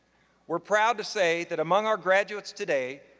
we're proud to say that among our graduates today,